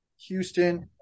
Houston